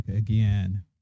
Again